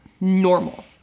normal